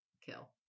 kill